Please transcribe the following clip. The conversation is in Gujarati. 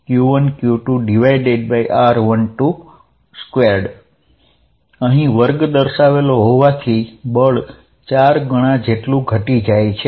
|F| 14π0q1q2r12 2 અહીં વર્ગ દર્શાવેલો હોવાથી બળ ચાર ગણા જેટલું ઘટી જાય છે